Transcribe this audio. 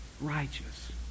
righteous